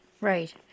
right